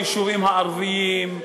לא ביישובים הערביים,